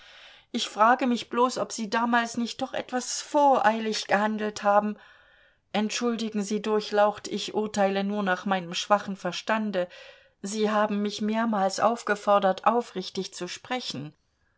ich frage mich bloß ob sie damals nicht doch etwas voreilig gehandelt haben entschuldigen sie durchlaucht ich urteile nur nach meinem schwachen verstande sie haben mich mehrmals aufgefordert aufrichtig zu sprechen